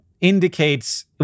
indicates